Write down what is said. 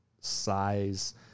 size